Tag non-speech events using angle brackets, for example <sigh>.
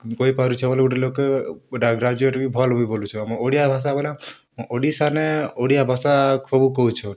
କହିପାରୁଛ ବେଲେ ଗୁଟେ ଲୋକ୍ <unintelligible> ଭଲ୍ ବି ବୋଲୁଛନ୍ ଓଡ଼ିଆ ଭାଷା ବେଲେ ଓଡ଼ିଶା ନେ ଓଡ଼ିଆ ଭାଷା ଖୋବ୍ କହୁଛନ୍